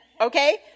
Okay